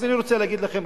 אז אני רוצה להגיד לכם: